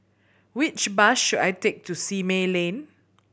which bus should I take to Simei Lane